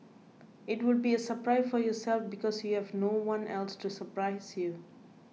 it will be a surprise for yourself because you have no one else to surprise you